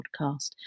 podcast